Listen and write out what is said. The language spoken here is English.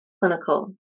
clinical